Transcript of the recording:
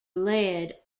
led